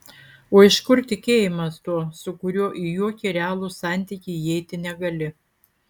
o iš kur tikėjimas tuo su kuriuo į jokį realų santykį įeiti negali